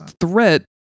threat